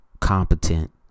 competent